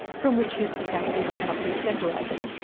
from which his capacities cannot be separated,